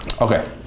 Okay